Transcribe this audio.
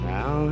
Now